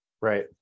right